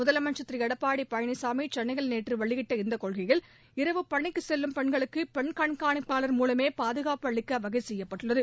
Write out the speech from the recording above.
முதலமைச்ச் திரு எடப்பாடி பழனிசாமி சென்னையில் நேற்று வெளியிட்ட இந்த கொள்கையில் இரவு பணிக்குச் செல்லும் பெண்களுக்கு பெண் கண்காணிப்பாளர் மூலமே பாதுகாப்பு அளிக்க வகை செய்யப்பட்டுள்ளது